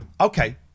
Okay